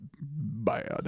bad